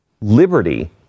liberty